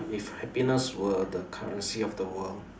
if happiness were the currency of the world